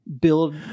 build